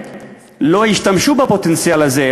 לא השתמשו בפוטנציאל הזה,